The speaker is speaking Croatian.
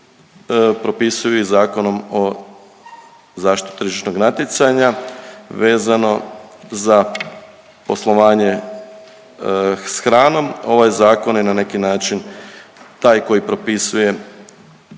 propisuju i Zakonom o zaštiti tržišnog natjecanja vezano za poslovanje s hranom. Ovaj zakon je na neki način taj koji propisuje